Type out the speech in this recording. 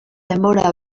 denbora